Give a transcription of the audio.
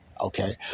Okay